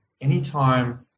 anytime